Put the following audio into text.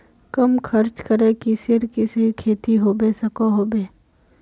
कम खर्च करे किसेर किसेर खेती होबे सकोहो होबे?